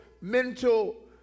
mental